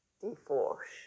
divorce